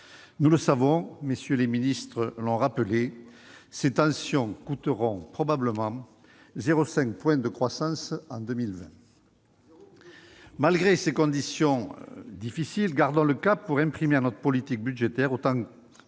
croissance mondiale. MM. les ministres l'ont rappelé, ces tensions coûteront probablement 0,5 point de croissance en 2020. Malgré ces conditions difficiles, gardons le cap pour imprimer à notre politique budgétaire, autant que